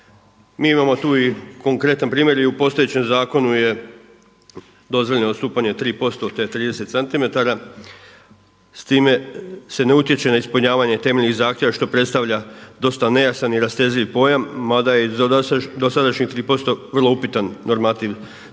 Mi imamo tu i konkretan primjer. I u postojećem zakonu je dozvoljeno odstupanje 3% od te 30 cm, s time se ne utječe na ispunjavanje temeljnih zahtjeva što predstavlja dosta nejasan i rastezljiv pojam, mada je iz dosadašnjih 3% vrlo upitan normativ. Stoga